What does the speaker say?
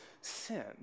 sin